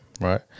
right